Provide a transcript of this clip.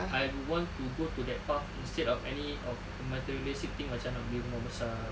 I would want to go to that path instead of any of the materialistic thing macam nak beli rumah besar